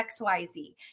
xyz